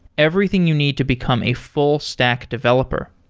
everything you need to become a full stack developer.